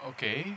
Okay